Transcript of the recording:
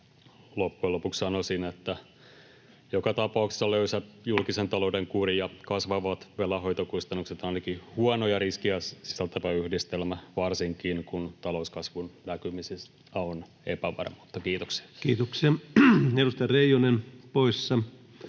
loppujen lopuksi sanoisin, että joka tapauksessa löysä julkisen talouden kuri ja kasvavat velanhoitokustannukset ovat ainakin huonoja riskejä sisältävä yhdistelmä, varsinkin kun talouskasvun näkymistä on epävarmuutta. — Kiitoksia. [Speech